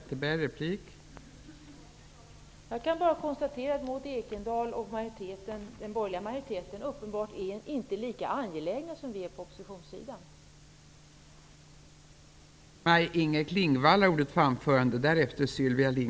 Fru talman! Jag kan bara konstatera att Maud Ekendahl och den borgerliga utskottsmajoriteten i den här frågan uppenbarligen inte är lika angelägna som vi på oppositionssidan.